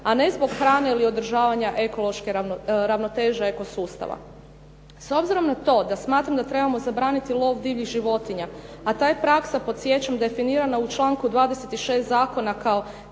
a ne zbog hrane ili održavanja ravnoteže eko sustava. S obzirom na to da smatram da trebamo zabraniti lov divljih životinja a ta je praksa podsjećam definirana u članku 26. zakona kao